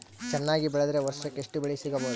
ಚೆನ್ನಾಗಿ ಬೆಳೆದ್ರೆ ವರ್ಷಕ ಎಷ್ಟು ಬೆಳೆ ಸಿಗಬಹುದು?